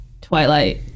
Twilight